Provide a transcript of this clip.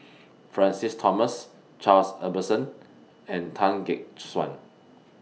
Francis Thomas Charles Emmerson and Tan Gek Suan